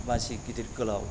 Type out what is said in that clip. मानसि गिदिर गोलाव